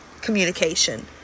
communication